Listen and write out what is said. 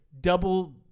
Double